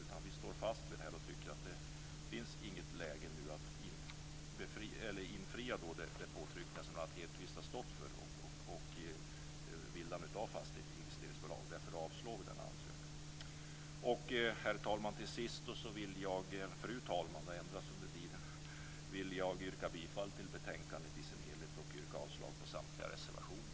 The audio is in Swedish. Vi står fast vid detta och tycker inte att det finns något läge nu för att infria de påtryckningar som Lennart Hedquist har stått för när det gäller bildande av fastighetsinvesteringsbolag. Därför avstyrker vi den ansökan. Fru talman! Till sist vill jag yrka bifall till utskottets hemställan i dess helhet och avslag på samtliga reservationer.